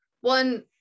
one